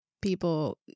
people